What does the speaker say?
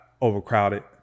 overcrowded